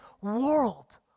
world